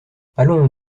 allons